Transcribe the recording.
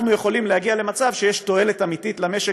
אנחנו יכולים להגיע למצב שיש תועלת אמיתית למשק